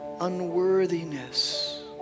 unworthiness